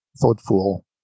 thoughtful